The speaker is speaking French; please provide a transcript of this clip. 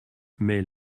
mais